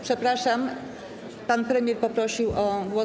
Przepraszam, pan premier poprosił o głos.